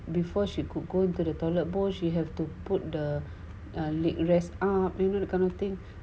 before she could go into the toilet bowls you have to put the uh leg rest up are you know that kind of thing